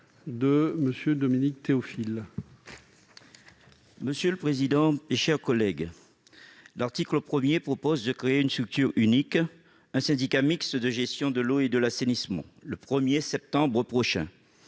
monsieur le ministre, mes chers collègues, l'article 1 crée une structure unique, un syndicat mixte de gestion de l'eau et de l'assainissement, le 1 septembre prochain.